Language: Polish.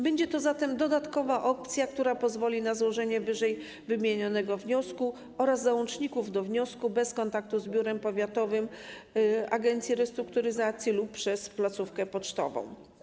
Będzie to zatem dodatkowa opcja, która pozwoli na złożenie ww. wniosku oraz złączników do wniosku bez kontaktu z biurem powiatowym agencji restrukturyzacji np. przez placówkę pocztową.